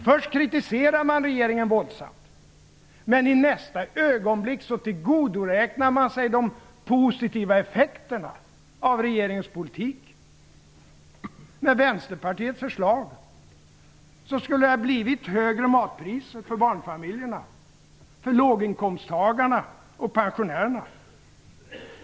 Först kritiserar man regeringen våldsamt, men i nästa ögonblick tillgodoräknar man sig de positiva effekterna av regeringens politik. Med Vänsterpartiets förslag skulle det ha blivit högre matpriser för barnfamiljerna, för låginkomsttagarna och pensionärerna.